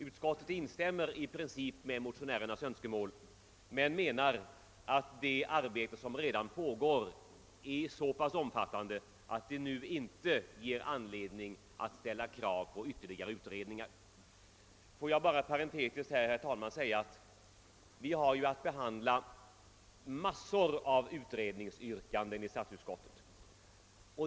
Utskottet instämmer i princip i motionärernas Önskemål men anser att det arbete som redan pågår är så omfattande, att det inte finns anledning att nu ställa krav på ytterligare utredningar. Låt mig parentetiskt säga, att vi i statsutskottet har att behandla massor av utredningsyrkanden.